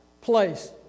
place